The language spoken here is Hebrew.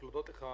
רק להודות לך,